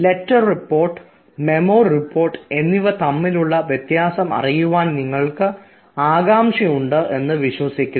letter report memo report എന്നിവ തമ്മിലുള്ള വ്യത്യാസം അറിയുവാൻ നിങ്ങൾക്ക് ആകാംക്ഷയുണ്ട് എന്ന് വിശ്വസിക്കുന്നു